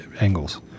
angles